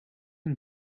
een